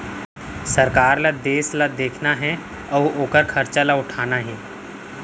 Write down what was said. सरकार ल देस ल देखना हे अउ ओकर खरचा ल उठाना हे